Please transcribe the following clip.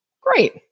Great